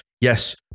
Yes